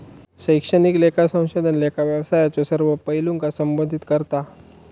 शैक्षणिक लेखा संशोधन लेखा व्यवसायाच्यो सर्व पैलूंका संबोधित करता